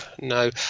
no